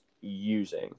using